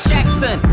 Jackson